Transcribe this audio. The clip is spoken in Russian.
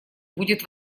будет